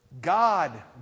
God